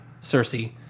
Cersei